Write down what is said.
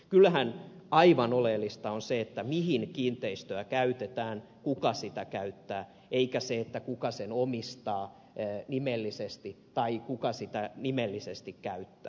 kyllähän aivan oleellista on se mihin kiinteistöä käytetään kuka sitä käyttää eikä se kuka sen omistaa nimellisesti tai kuka sitä nimellisesti käyttää